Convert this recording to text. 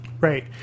Right